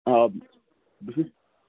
آ بہٕ چھُس